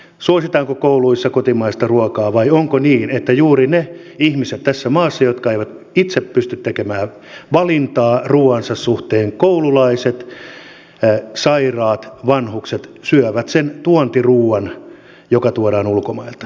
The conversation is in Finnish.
suositaanko kouluissa kotimaista ruokaa vai onko niin että juuri ne ihmiset tässä maassa jotka eivät itse pysty tekemään valintaa ruokansa suhteen koululaiset sairaat vanhukset syövät sen tuontiruoan joka tuodaan ulkomailta